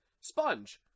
Sponge